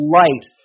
light